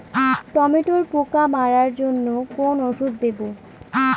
টমেটোর পোকা মারার জন্য কোন ওষুধ দেব?